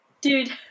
Dude